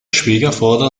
schwiegervater